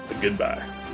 goodbye